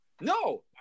No